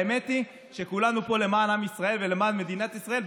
האמת היא שכולנו פה למען עם ישראל ולמען מדינת ישראל.